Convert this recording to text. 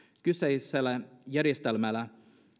kyseisellä järjestelmällä